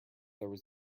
that